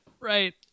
Right